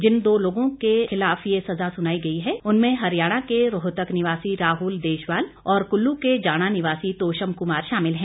जिन दो लोगों को ये सजा सुनाई गई है उनमें हरियाणा के रोहतक निवासी राहुल देशवाल और कुल्लू के जाणा निवासी तोशम कुमार शामिल है